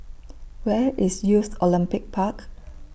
Where IS Youth Olympic Park